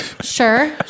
Sure